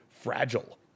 Fragile